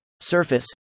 surface